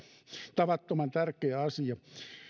tavattoman tärkeä asia